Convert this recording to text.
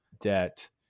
debt